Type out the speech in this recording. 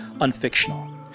Unfictional